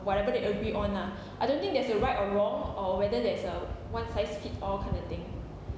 whatever they agree on ah I don't think there's a right or wrong or whether there's a one size fit all kind of thing